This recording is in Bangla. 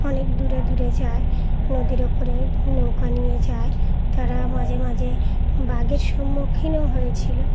অনেক দূরে দূরে যায় নদীর ওপরে নৌকা নিয়ে যায় তারা মাঝে মাঝে বাঘের সম্মুখীনও হয়েছিলো